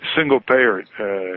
single-payer